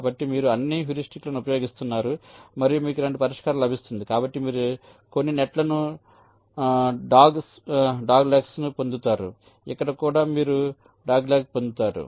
కాబట్టి మీరు అన్ని హ్యూరిస్టిక్లను ఉపయోగిస్తున్నారు మరియు మీకు ఇలాంటి పరిష్కారం లభిస్తుంది కాబట్టి మీరు కొన్ని నెట్ లకు లుడాగ్లెగ్స్ను పొందుతారు ఇక్కడ కూడా మీరు డాగ్లెగ్ పొందుతారు